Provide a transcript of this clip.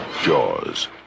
Jaws